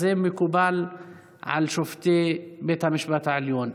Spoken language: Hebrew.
זה מקובל על שופטי בית המשפט העליון,